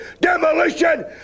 Demolition